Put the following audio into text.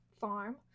farm